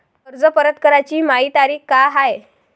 कर्ज परत कराची मायी तारीख का हाय?